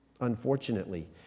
Unfortunately